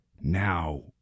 now